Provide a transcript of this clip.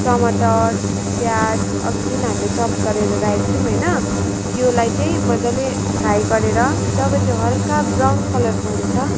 टमाटर प्याज अघि जुन हामीले चप गरेर राखेको थियौँ होइन त्यसलाई चाहिँ मजाले फ्राई गरेर जब त्यो हल्का ब्राउन कलरको हुन्छ